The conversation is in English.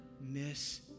miss